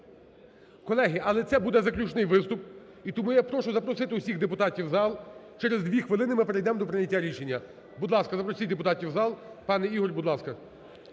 Колеги, але це буде заключний виступ. І тому я прошу запросити усіх депутатів в зал. Через дві хвилини ми перейдемо до прийняття рішення. Будь ласка, запросіть депутатів в зал. Пане Ігор, будь ласка.